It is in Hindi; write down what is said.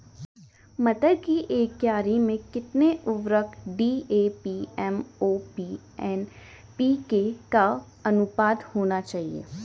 मटर की एक क्यारी में कितना उर्वरक डी.ए.पी एम.ओ.पी एन.पी.के का अनुपात होना चाहिए?